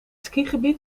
skigebied